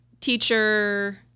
teacher